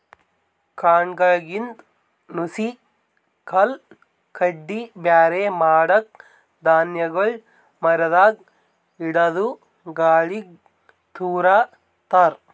ಕಾಳ್ನಾಗಿಂದ್ ನುಸಿ ಕಲ್ಲ್ ಕಡ್ಡಿ ಬ್ಯಾರೆ ಮಾಡಕ್ಕ್ ಧಾನ್ಯಗೊಳ್ ಮರದಾಗ್ ಹಿಡದು ಗಾಳಿಗ್ ತೂರ ತಾರ್